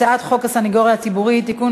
הצעת חוק הסנגוריה הציבורית (תיקון